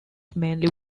mainly